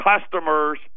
customers